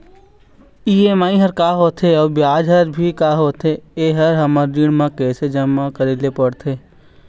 EMI हर का होथे अऊ ब्याज हर भी का होथे ये हर हमर ऋण मा कैसे जमा करे ले पड़ते?